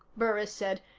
burris said,